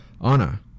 Anna